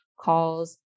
calls